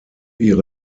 ihre